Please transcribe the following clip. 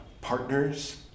partners